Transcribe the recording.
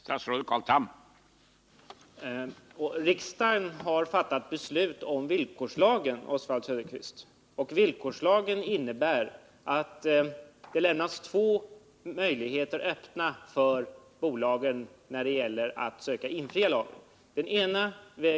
Herr talman! Riksdagen har fattat beslut om villkorslagen, Oswald Söderqvist. Villkorslagen innebär att två möjligheter lämnas öppna för bolagen när det gäller att söka uppfylla lagens bestämmelser.